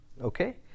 Okay